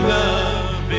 love